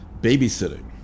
babysitting